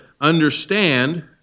understand